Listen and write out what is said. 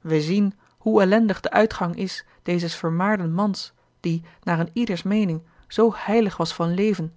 wij zien hoe ellendig de uitgang is dezes vermaarden mans die naar een ieders meening zoo heilig was van leven